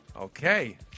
Okay